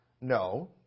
No